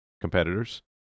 competitors